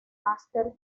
master